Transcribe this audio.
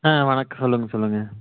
ஆ வணக்கம் சொல்லுங்கள் சொல்லுங்கள்